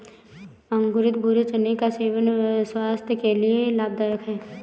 अंकुरित भूरे चने का सेवन स्वास्थय के लिए लाभदायक है